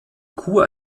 kuh